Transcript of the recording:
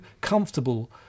comfortable